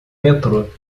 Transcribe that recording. metrô